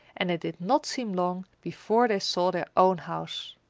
and it did not seem long before they saw their own house.